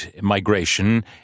migration